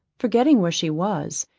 forgetting where she was,